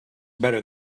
better